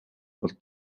бол